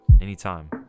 anytime